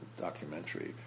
documentary